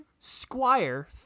Squire